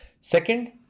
Second